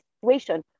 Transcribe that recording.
situation